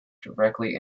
directly